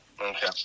okay